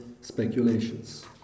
speculations